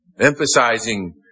emphasizing